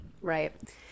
Right